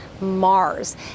Mars